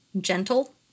gentle